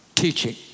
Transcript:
teaching